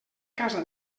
casa